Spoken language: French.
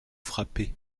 frappé